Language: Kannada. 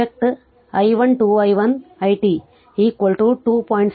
if just i 1 2 i 1 t 2